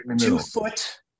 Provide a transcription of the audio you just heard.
two-foot